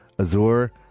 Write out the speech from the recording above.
Azure